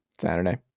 Saturday